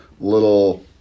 Little